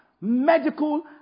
medical